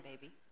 baby